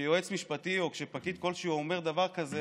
כשיועץ משפטי או כשפקיד כלשהו אומר דבר כזה,